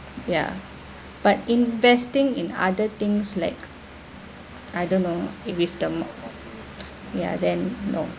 ya but investing in other things like I don't know if with them ya then no